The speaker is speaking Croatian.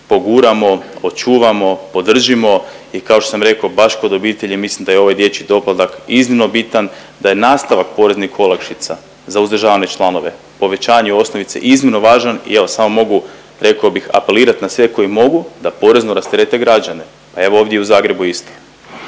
poguramo, očuvamo, podržimo i kao što sam rekao baš kod obitelji mislim da je ovaj dječji doplatak iznimno bitan. Da je nastavak poreznih olakšica za uzdržavane članove, povećanje osnovice iznimno važan i evo samo mogu rekao bih apelirat na sve koji mogu da porezno rasterete građane. Pa evo ovdje i u Zagrebu isto.